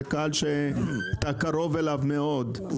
זה קהל שאתה קרוב אליו מאוד.